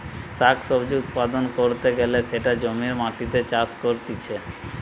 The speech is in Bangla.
শাক সবজি উৎপাদন ক্যরতে গ্যালে সেটা জমির মাটিতে চাষ করতিছে